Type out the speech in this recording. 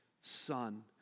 son